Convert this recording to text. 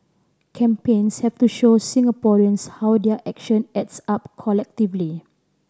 campaigns have to show Singaporeans how their action adds up collectively